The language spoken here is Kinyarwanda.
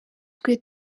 twe